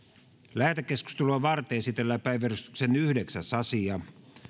lähetekeskustelua varten esitellään päiväjärjestyksen yhdeksäs asia